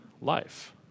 life